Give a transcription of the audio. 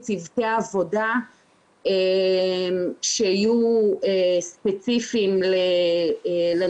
דיון מעקב מיום 8 בספטמבר 2020. תודה שהצטרפתם לדיון מעקב